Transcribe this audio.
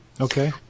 Okay